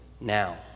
now